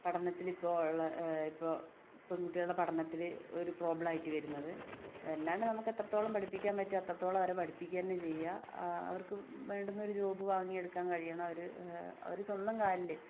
പഠനത്തിലിപ്പോൾ ഒള്ള ഇപ്പൊൾ പെൺകുട്ടികളുടെ പഠനത്തില് ഒരു പ്രോബ്ലായിട്ട് വരുന്നത് അതല്ലാണ്ട് നമുക്കെത്രത്തോളം പഠിപ്പിക്കാൻ പറ്റുമോ അത്രത്തോളം അവരെ പഠിപ്പിക്കുക തന്നെ ചെയ്യുക ആ അവർക്ക് വേണ്ടുന്നൊരു ജോബ് വാങ്ങി എടുക്കാൻ കഴിയണം അവര് സ്വന്തം കാലില്